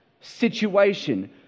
situation